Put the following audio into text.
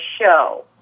show